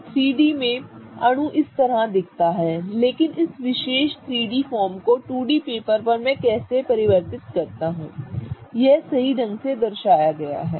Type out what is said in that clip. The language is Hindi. तो 3 डी में अणु इस तरह दिखता है लेकिन मैं इस विशेष 3 डी फॉर्म को 2 डी पेपर पर कैसे परिवर्तित करता हूं यह सही ढंग से दर्शाया गया है